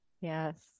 yes